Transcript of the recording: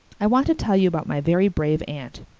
i want to tell you about my very brave aunt.